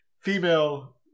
female